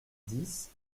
dix